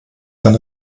sein